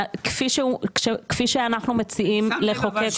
כפי שאנחנו מציעים לחוקק אותו --- אני שמתי